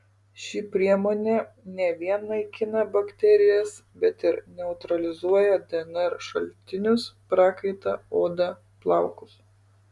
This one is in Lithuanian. ši priemonė ne vien naikina bakterijas bet ir neutralizuoja dnr šaltinius prakaitą odą plaukus